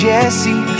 Jesse